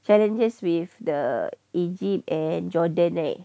challenges with the egypt and jordan right